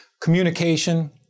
communication